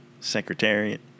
Secretariat